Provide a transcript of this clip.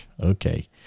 okay